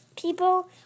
people